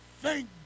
thank